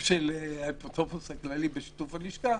האפוטרופוס הכללי בשיתוף הלשכה,